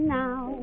now